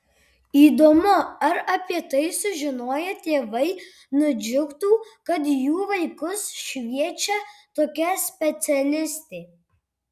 įdomu ar apie tai sužinoję tėvai nudžiugtų kad jų vaikus šviečia tokia specialistė